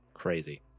crazy